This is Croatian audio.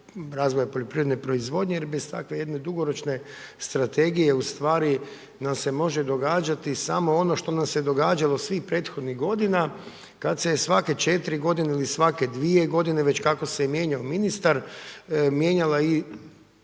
razvoja poljoprivredne proizvodnje jer bez takve jedne dugoročne strategije ustvari nam se može događati samo ono što nam se događalo svih prethodnih godina kad se svake 4 godine ili svake dvije godine, već kako se mijenjao ministar mijenjala i